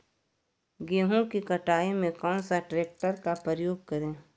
गेंहू की कटाई में कौन सा ट्रैक्टर का प्रयोग करें?